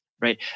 right